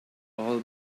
all